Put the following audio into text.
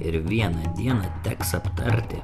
ir vieną dieną teks aptarti